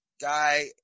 guy